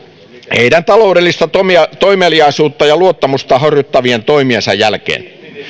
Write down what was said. heidän taloudellista toimeliaisuutta ja luottamusta horjuttavien toimiensa jälkeen